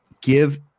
give